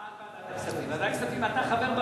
אבל ועדת הכספים זה אתה.